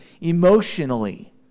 emotionally